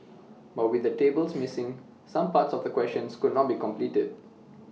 but with the tables missing some parts of the questions could not be completed